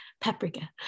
paprika